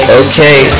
okay